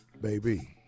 Baby